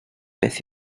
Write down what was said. beth